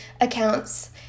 accounts